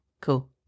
Cool